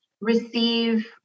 receive